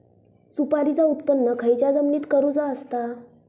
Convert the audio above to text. सुपारीचा उत्त्पन खयच्या जमिनीत करूचा असता?